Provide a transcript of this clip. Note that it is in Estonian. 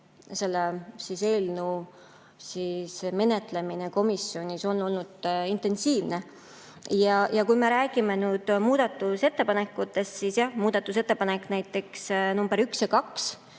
selle eelnõu menetlemine komisjonis on olnud intensiivne. Kui me räägime nüüd muudatusettepanekutest, siis muudatusettepanekud nr 1 ja 2